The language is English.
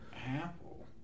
Apple